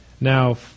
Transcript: Now